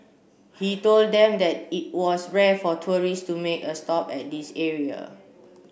he told them that it was rare for tourists to make a stop at this area